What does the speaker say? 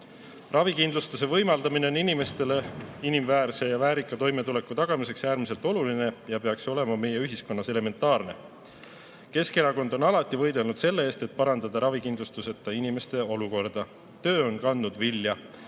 Ravikindlustuse võimaldamine on inimestele inimväärse ja väärika toimetuleku tagamiseks äärmiselt oluline ja peaks olema meie ühiskonnas elementaarne. Keskerakond on alati võidelnud selle eest, et parandada ravikindlustuseta inimeste olukorda. Töö on kandnud vilja.